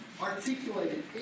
articulated